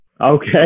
Okay